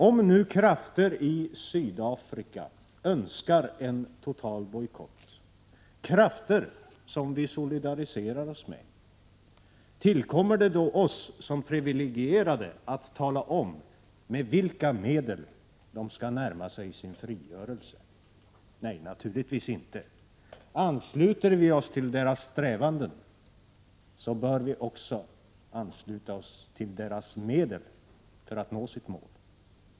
Om nu krafter i Sydafrika önskar en totalbojkott, krafter som vi solidariserar oss med, tillkommer det då oss som priviligierade att tala om med vilka medel de skall närma sig sin frigörelse? Nej, naturligtvis inte. Ansluter vi oss till deras strävanden, bör vi också ansluta oss till deras medel för att nå målet.